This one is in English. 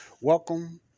Welcome